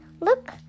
look